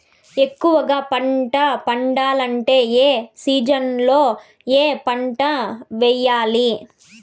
ఎక్కువగా పంట పండాలంటే ఏ సీజన్లలో ఏ పంట వేయాలి